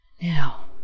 Now